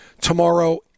tomorrow